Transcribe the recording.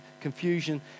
confusion